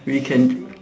we can